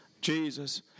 Jesus